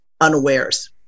unawares